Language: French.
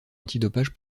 antidopage